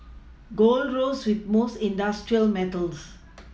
gold rose with most industrial metals